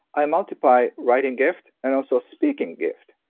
i multiply writing gift and also speaking gift.